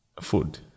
food